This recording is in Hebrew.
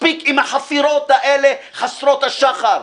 מספיק עם החפירות האלה חסרות השחר.